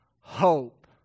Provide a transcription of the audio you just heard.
hope